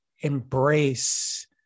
embrace